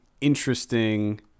interesting